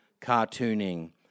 cartooning